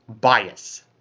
bias